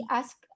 ask